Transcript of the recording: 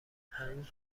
هنوز